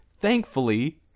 thankfully